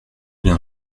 bien